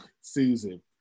Susan